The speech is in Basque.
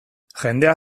jendea